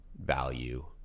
value